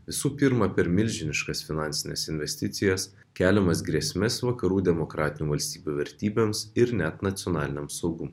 visų pirma per milžiniškas finansines investicijas keliamas grėsmes vakarų demokratinių valstybių vertybėms ir net nacionaliniam saugumui